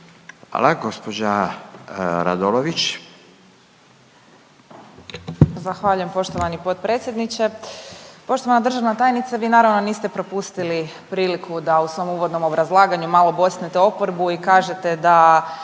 Hvala. Gđa. Radolović.